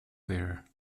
there